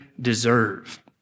deserve